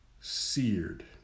seared